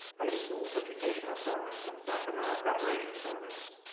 high schools, educational programs and sacramental preparation programs?